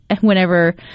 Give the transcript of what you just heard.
whenever